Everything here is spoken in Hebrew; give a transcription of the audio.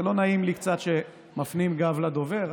זה קצת לא נעים שמפנים גב לדובר.